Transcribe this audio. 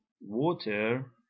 water